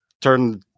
turn